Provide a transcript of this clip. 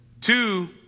two